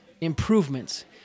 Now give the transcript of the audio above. improvements